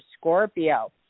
scorpio